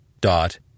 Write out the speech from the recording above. dot